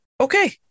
okay